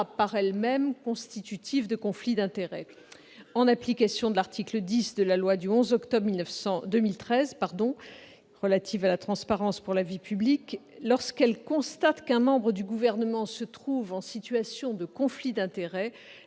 par elle-même, constitutive de conflits d'intérêts. En application de l'article 10 de la loi du 11 octobre 2013 relative à la transparence de la vie publique « lorsqu'elle constate qu'un membre du Gouvernement se trouve en situation de conflit d'intérêts,